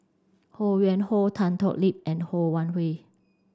Ho Yuen Hoe Tan Thoon Lip and Ho Wan Hui